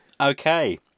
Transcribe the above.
Okay